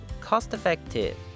cost-effective